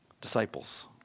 disciples